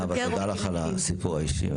נאוה, תודה לך על חשיפת הסיפור האישי.